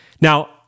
Now